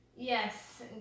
Yes